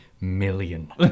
million